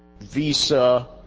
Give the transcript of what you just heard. Visa